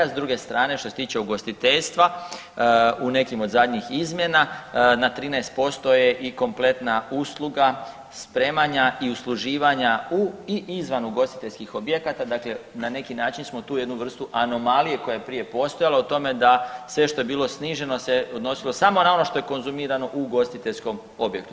S druge strane što se tiče ugostiteljstva u nekim od zadnjih izmjena na 13% je i kompletna usluga spremanja i usluživanja u i izvan ugostiteljskih objekata, dakle na neki način smo tu jednu vrstu anomalije koja je prije postajala o tome da sve što je bilo sniženo se odnosilo samo na ono što je konzumirano u ugostiteljskom objektu.